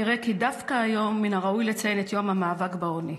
נראה כי דווקא היום מן הראוי לציין את יום המאבק בעוני.